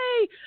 Yay